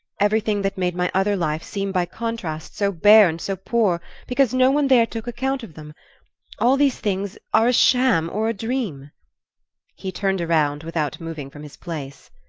everything that made my other life seem by contrast so bare and so poor because no one there took account of them all these things are a sham or a dream he turned around without moving from his place.